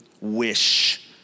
wish